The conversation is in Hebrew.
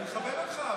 אני מכבד אותך.